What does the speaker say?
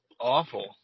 awful